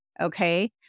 Okay